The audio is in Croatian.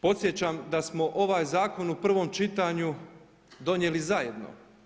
Podsjećam da smo ovaj zakon u prvom čitanju donijeli zajedno.